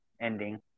ending